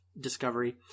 Discovery